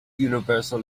universal